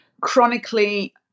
chronically